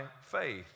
faith